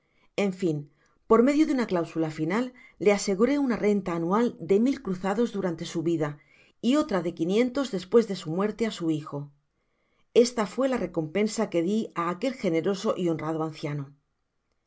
en fin por medio de una cláusula final le aseguré una renta anual de mil cruzados durante au vida y otra de quinientos despues de su muerte á su hijo esta fué la recompensa que di á aquel generoso y honrado anciano me